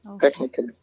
technically